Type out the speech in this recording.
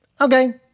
Okay